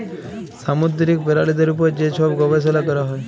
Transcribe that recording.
সামুদ্দিরিক পেরালিদের উপর যে ছব গবেষলা ক্যরা হ্যয়